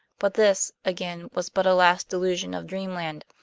but this, again, was but a last delusion of dreamland,